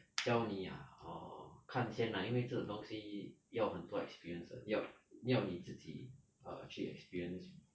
教你 ah orh 看先 lah 因为这种东西要很多 experience 的要要你你自己去 experience